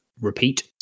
repeat